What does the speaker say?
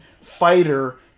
fighter